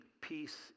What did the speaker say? peace